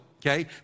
Okay